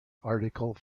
article